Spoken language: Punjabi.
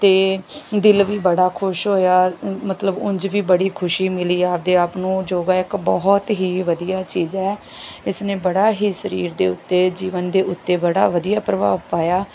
ਅਤੇ ਦਿਲ ਵੀ ਬੜਾ ਖੁਸ਼ ਹੋਇਆ ਮਤਲਬ ਉਂਝ ਵੀ ਬੜੀ ਖੁਸ਼ੀ ਮਿਲੀ ਆਪਦੇ ਆਪ ਨੂੰ ਯੋਗਾ ਇੱਕ ਬਹੁਤ ਹੀ ਵਧੀਆ ਚੀਜ਼ ਹੈ ਇਸ ਨੇ ਬੜਾ ਹੀ ਸਰੀਰ ਦੇ ਉੱਤੇ ਜੀਵਨ ਦੇ ਉੱਤੇ ਬੜਾ ਵਧੀਆ ਪ੍ਰਭਾਵ ਪਾਇਆ